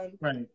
Right